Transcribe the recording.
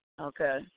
Okay